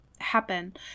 happen